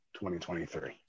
2023